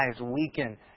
weaken